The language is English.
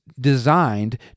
designed